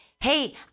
Hey